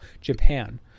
Japan